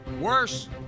Worse